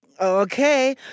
Okay